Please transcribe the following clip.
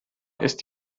ist